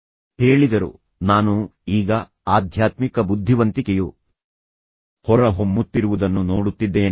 ಅವರು ಹೇಳಿದರು ನಾನು ಈಗ ಆಧ್ಯಾತ್ಮಿಕ ಬುದ್ಧಿವಂತಿಕೆಯು ಹೊರಹೊಮ್ಮುತ್ತಿರುವುದನ್ನು ನೋಡುತ್ತಿದ್ದೇನೆ